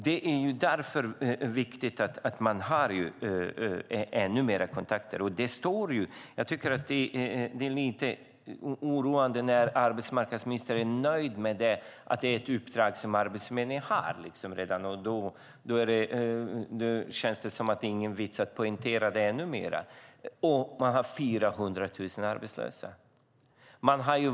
Det är därför viktigt att man har ännu mer kontakter. Men det känns som att arbetsmarknadsministern är nöjd med att Arbetsförmedlingen redan har det uppdraget och tycker att det inte är någon vits att poängtera det ännu mer. Det är lite oroande. Vi har 400 000 arbetslösa.